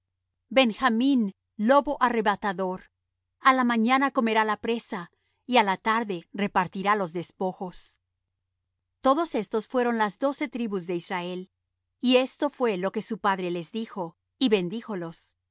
benjamín lobo arrebatador a la mañana comerá la presa y á la tarde repartirá los despojos todos estos fueron las doce tribus de israel y esto fué lo que su padre les dijo y bendíjolos á